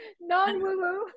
Non-woo-woo